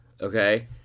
okay